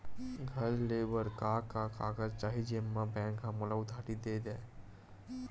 घर ले बर का का कागज चाही जेम मा बैंक हा मोला उधारी दे दय?